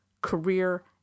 career